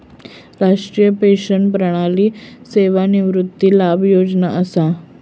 राष्ट्रीय पेंशन प्रणाली सेवानिवृत्ती लाभ योजना असा